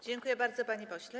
Dziękuję bardzo, panie pośle.